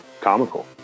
comical